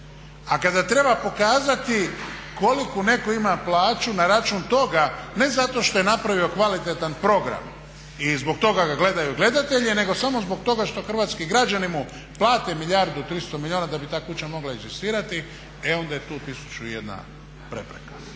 A kada treba pokazati koliku netko ima plaću na račun toga ne zato što je napravi kvalitetan program i z bog toga ga gledaju gledatelji, nego samo zbog toga što hrvatski građani mu plate milijardu i 300 milijuna da bi ta kuća mogla egzistirati, e onda je tu 1001 prepreka.